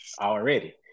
already